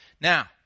Now